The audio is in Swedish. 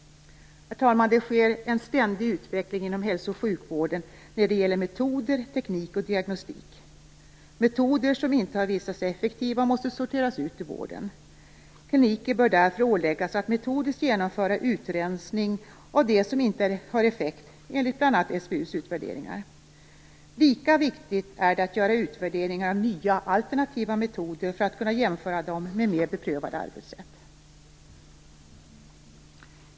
Herr talman! Det sker en ständig utveckling inom hälso och sjukvården när det gäller metoder, teknik och diagnostik. Metoder som inte har visat sig effektiva måste sorteras ut ur vården. Kliniker bör därför åläggas att metodiskt genomföra utrensning av det som inte har effekt enligt bl.a. SBU:s utvärderingar. Lika viktigt är det att göra utvärderingar av nya, alternativa metoder för att kunna jämföra dem med mer beprövade arbetssätt.